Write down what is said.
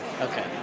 okay